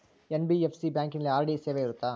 NBFC ಬ್ಯಾಂಕಿನಲ್ಲಿ RD ಸೇವೆ ಇರುತ್ತಾ?